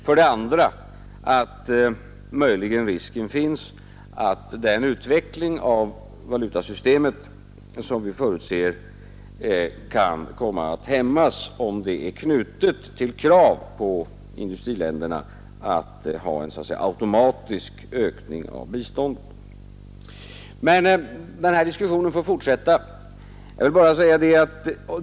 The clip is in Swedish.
För det andra att risken möjligen finns att den utveckling av valutasystemet som vi förutser kan komma att hämmas om den är knuten till krav på industriländerna att ha en automatisk ökning av biståndet. Men den här diskussionen får fortsätta.